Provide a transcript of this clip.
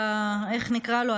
איך נקרא לו,